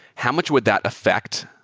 how much would that affect,